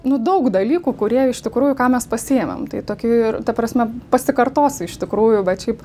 nu daug dalykų kurie iš tikrųjų ką mes pasiėmėm tai tokių ir ta prasme pasikartosiu iš tikrųjų bet šiaip